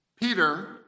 Peter